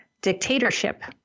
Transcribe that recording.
dictatorship